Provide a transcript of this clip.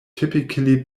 typically